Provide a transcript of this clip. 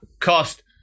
cost